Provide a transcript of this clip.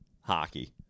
hockey